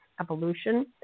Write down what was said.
evolution